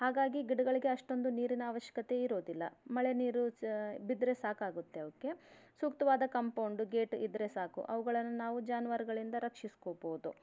ಹಾಗಾಗಿ ಗಿಡಗಳಿಗೆ ಅಷ್ಟೊಂದು ನೀರಿನ ಅವಶ್ಯಕತೆ ಇರೋದಿಲ್ಲ ಮಳೆ ನೀರು ಬಿದ್ದರೆ ಸಾಕಾಗುತ್ತೆ ಅವುಕ್ಕೆ ಸೂಕ್ತವಾದ ಕಂಪೌಂಡ್ ಗೇಟ್ ಇದ್ರೆ ಸಾಕು ಅವುಗಳನ್ನು ನಾವು ಜಾನುವಾರುಗಳಿಂದ ರಕ್ಷಿಸ್ಕೋಬೋದು